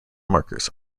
markers